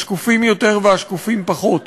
השקופים יותר והשקופים פחות.